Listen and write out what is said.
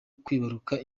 kwibaruka